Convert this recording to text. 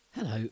Hello